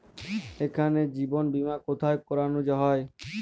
এখানে জীবন বীমা কোথায় করানো হয়?